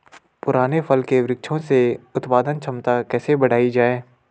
पुराने फल के वृक्षों से उत्पादन क्षमता कैसे बढ़ायी जाए?